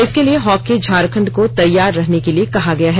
इसके लिए हॉकी झारखंड को तैयार रहने के लिए किया गया है